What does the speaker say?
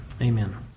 Amen